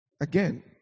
again